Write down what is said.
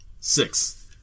Six